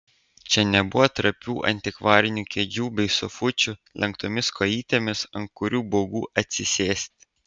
čia nebuvo trapių antikvarinių kėdžių bei sofučių lenktomis kojytėmis ant kurių baugu atsisėsti